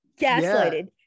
Gaslighted